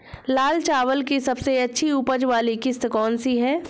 लाल चावल की सबसे अच्छी उपज वाली किश्त कौन सी है?